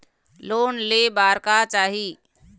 Loan ले बार का चाही?